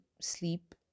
sleep